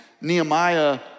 Nehemiah